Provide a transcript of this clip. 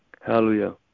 Hallelujah